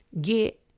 get